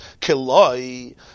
Kiloi